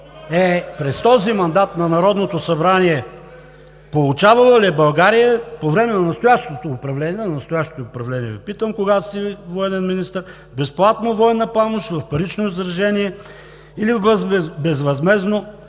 е: през този мандат на Народното събрание получавала ли е България – по време на настоящото управление Ви питам, когато сте военен министър, безплатна военна помощ в парично изражение или безвъзмездно